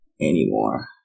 anymore